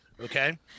okay